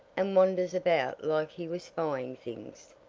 and wanders about like he was spying things?